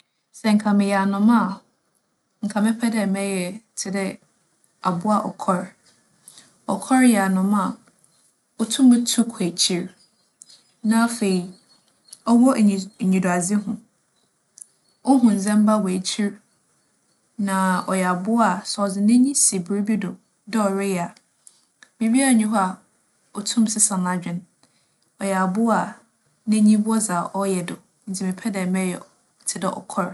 Sɛ nka meyɛ anoma a nka mɛpɛ dɛ mɛyɛ tse dɛ abowa ͻkͻr. ͻkͻr yɛ anoma a otum tu kͻ ekyir, na afei, ͻwͻ enyiso - enyidoadzehu. Ohu ndzɛmba wͻ ekyir na ͻyɛ abowa a sɛ ͻdze n'enyi si biribi do dɛ ͻreyɛ a, biribiara nnyi hͻ a otum sesa n'adwen. ͻyɛ abowa a n'enyi wͻ dza ͻyɛ do. Ntsi mɛpɛ dɛ mɛyɛ tse dɛ ͻkͻr.